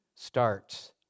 Starts